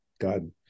God